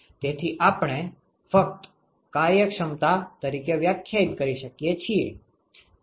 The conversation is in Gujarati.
તેથી આપણે ફક્ત કાર્યક્ષમતા તરીકે વ્યાખ્યાયિત કરી શકીએ છીએ